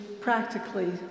practically